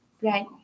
Right